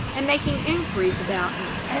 and making inquiries about me.